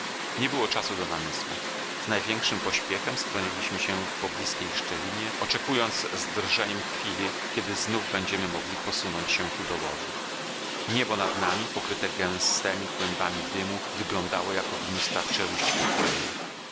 nie było czasu do namysłu z największym pośpiechem schroniliśmy się w poblizkiej szczelinie oczekując z drżeniem chwili kiedy znowu będziemy mogli posunąć się ku dołowi niebo nad nami pokryte gęstemi kłębami dymu wyglądało jak ognista czeluść piekielna